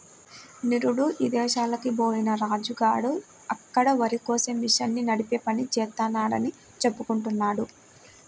నిరుడు ఇదేశాలకి బొయ్యిన రాజు గాడు అక్కడ వరికోసే మిషన్ని నడిపే పని జేత్తన్నాడని చెప్పుకుంటున్నారు